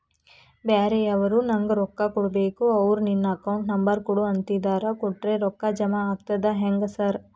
ಬ್ಯಾರೆವರು ನಂಗ್ ರೊಕ್ಕಾ ಕೊಡ್ಬೇಕು ಅವ್ರು ನಿನ್ ಅಕೌಂಟ್ ನಂಬರ್ ಕೊಡು ಅಂತಿದ್ದಾರ ಕೊಟ್ರೆ ರೊಕ್ಕ ಜಮಾ ಆಗ್ತದಾ ಹೆಂಗ್ ಸಾರ್?